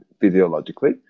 physiologically